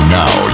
now